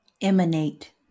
Emanate